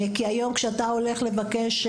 כי היום כשאתה הולך לבקש.